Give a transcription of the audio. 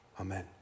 Amen